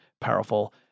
powerful